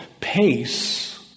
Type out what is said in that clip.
pace